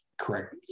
correct